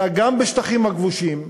אלא גם בשטחים הכבושים,